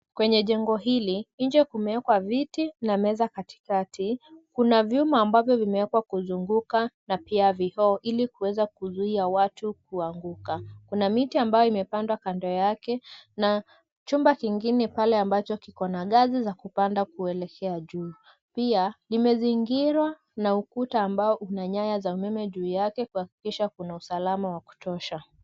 Kwenye jengo hili, nje kumewekwa viti na meza katikati. Kuna vyuma ambavyo vimewekwa kuzunguka na pia vioo ili kuweza kuzuia watu kuanguka. Kuna miti ambayo imepandwa kando yake na chumba kingine pale ambacho kiko na ngazi za kupanda kuelekea juu. Pia limezingirwa na ukuta ambao una nyaya za umeme juu yake kuhakikisha kuna usalama wa kutosha.